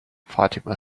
fatima